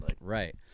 Right